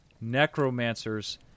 necromancers